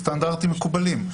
סטנדרטים מקובלים.